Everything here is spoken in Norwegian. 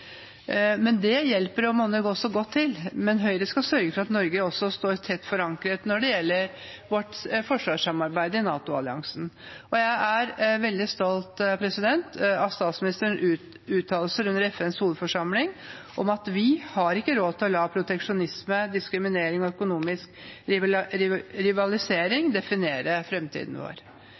men Høyre skal også sørge for at Norge står tett forankret når det gjelder vårt forsvarssamarbeid i NATO-alliansen. Jeg er veldig stolt av statsministerens uttalelser under FNs hovedforsamling om at vi ikke har råd til å la proteksjonisme, diskriminering og økonomisk rivalisering definere fremtiden vår.